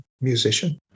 musician